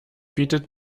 bietet